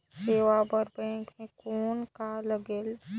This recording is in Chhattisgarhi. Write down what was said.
सेवा बर बैंक मे कौन का लगेल?